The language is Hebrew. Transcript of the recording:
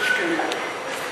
אז תשקלי את דברייך.